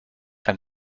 ein